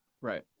Right